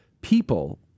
people